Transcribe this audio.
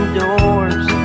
doors